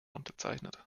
unterzeichnet